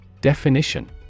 Definition